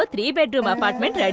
ah three bedroom apartment